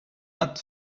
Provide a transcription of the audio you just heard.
not